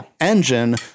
engine